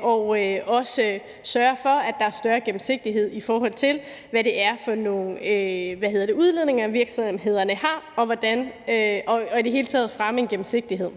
og også sørge for, at der er større gennemsigtighed, i forhold til hvad det er for nogle udledninger, virksomhederne har, og i det hele taget at fremme en gennemsigtighed.